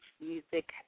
music